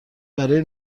برای